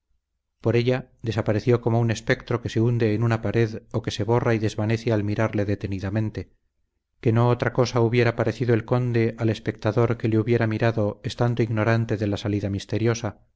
por ella desapareció como un espectro que se hunde en una pared o que se borra y desvanece al mirarle detenidamente que no otra cosa hubiera parecido el conde al espectador que le hubiera mirado estando ignorante de la salida misteriosa